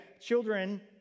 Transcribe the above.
Children